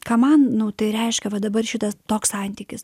ką man nu tai reiškia va dabar šitas toks santykis